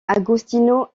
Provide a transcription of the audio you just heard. agostino